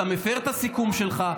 אתה מפר את הסיכום שלך.